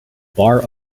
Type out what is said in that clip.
bar